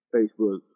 Facebook